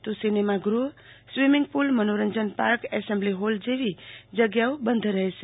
તો સિનેમાગૃહ સ્વીમીંગપુલ મનોરંજન પાર્ક એસેમ્બલી હોલ જેવી જગ્યાઓ બંધ રહેશે